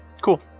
Cool